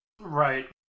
Right